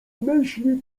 myśli